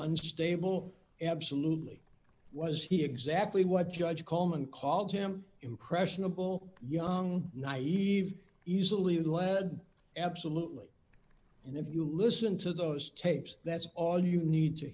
unstable absolutely was he exactly what judge called him and called him impressionable young naive easily led absolutely and if you listen to those tapes that's all you need to